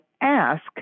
ask